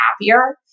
happier